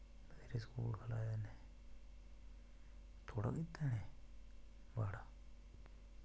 school खुलाए दे न थोह्ड़ा कीता इनें बड़ा